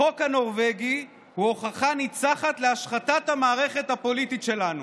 החוק הנורבגי הוא הוכחה ניצחת להשחתת המערכת הפוליטית שלנו.